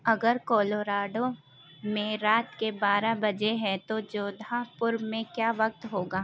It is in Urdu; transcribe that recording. اگر کولوراڈو میں رات کے بارہ بجے ہیں تو جودھا پور میں کیا وقت ہوگا